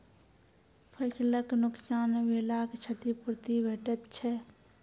फसलक नुकसान भेलाक क्षतिपूर्ति भेटैत छै?